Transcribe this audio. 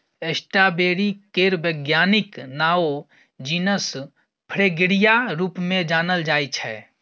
strawberry केर बैज्ञानिक नाओ जिनस फ्रेगेरिया रुप मे जानल जाइ छै